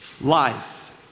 life